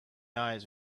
eyes